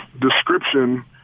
description